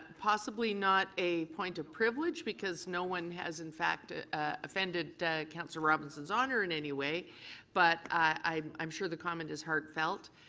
possibly not a point of privilege because no one has in fact offended councillor robinson's honor in any way but i'm sure the comment is heartfelt.